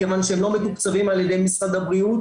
מכיוון שהם לא מתוקצבים על ידי משרד הבריאות,